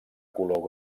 color